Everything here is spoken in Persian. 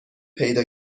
پیدا